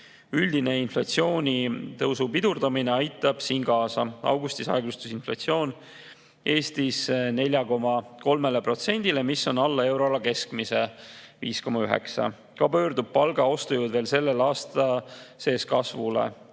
Üldine inflatsiooni tõusu pidurdumine aitab siin kaasa. Augustis aeglustus inflatsioon Eestis 4,3%-le, mis on alla euroala keskmise, 5,9%. Ka palga ostujõud pöördub veel selle aasta sees kasvule.